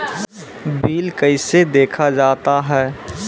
Bill कैसे देखा जाता हैं?